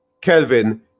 kelvin